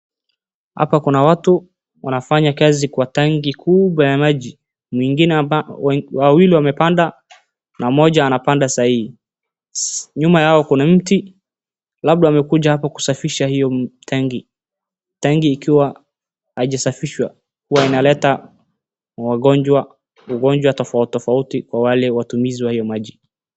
Hapa kuna watu wanafanya kazi kwa tanki kubwa ya maji, wawili wamepanda na mmoja apanda sahi, nyuma yao kuna mti, labda wamekuja hapa kusafisha hiyo tanki. Tanki ikiwa haijasafishwa huwa inaleta ugonjwa tofauti tofauti kwa wale watumizi wa hiyo maji.